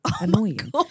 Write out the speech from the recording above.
annoying